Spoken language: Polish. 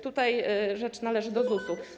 Tutaj rzecz należy do ZUS-u.